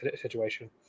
situation